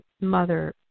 mother